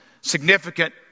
significant